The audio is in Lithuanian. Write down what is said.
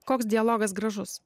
koks dialogas gražus